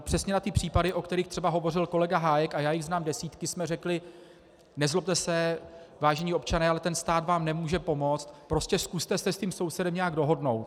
Přesně na ty případy, o kterých třeba hovořil kolega Hájek, a já jich znám desítky, jsme řekli: nezlobte se, vážení občané, ale stát vám nemůže pomoct, zkuste se s tím sousedem nějak dohodnout.